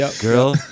girl